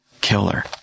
killer